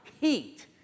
heat